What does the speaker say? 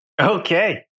Okay